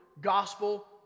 gospel